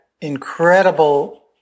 incredible